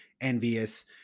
envious